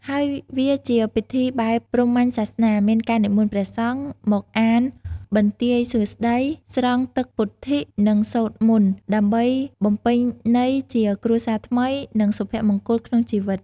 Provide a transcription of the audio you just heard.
ហើយ វាជាពិធីបែបព្រហ្មញ្ញសាសនា មានការនិមន្តព្រះសង្ឃ មកអានបន្ទាយសួស្តី ស្រង់ទឹកពុទ្ធិ និងសូត្រមន្ត ដើម្បីបំពេញន័យជាគ្រួសារថ្មី និងសុភមង្គលក្នុងជីវិត។